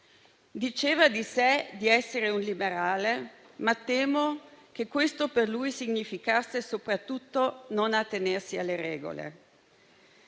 Diceva di essere un liberale, ma temo che questo per lui significasse soprattutto non attenersi alle regole,